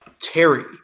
Terry